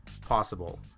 possible